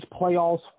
playoffs